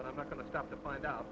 but i'm not going to stop to find out